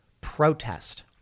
protest